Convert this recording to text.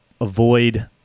Avoid